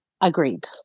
Agreed